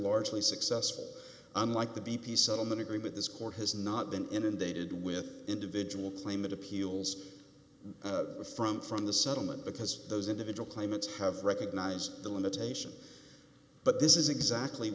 largely successful unlike the b p settlement agreement this court has not been inundated with individual claim that appeals from from the settlement because those individual claimants have recognized the limitation but this is exactly